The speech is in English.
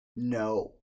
no